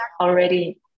already